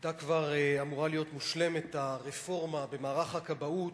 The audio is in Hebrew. היתה כבר אמורה להיות מושלמת הרפורמה במערך הכבאות,